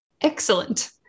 Excellent